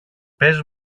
πες